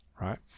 right